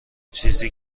چیزی